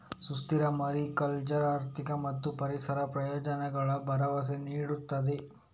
ಸುಸ್ಥಿರ ಮಾರಿಕಲ್ಚರ್ ಆರ್ಥಿಕ ಮತ್ತು ಪರಿಸರ ಪ್ರಯೋಜನಗಳ ಭರವಸೆ ನೀಡುತ್ತದೆ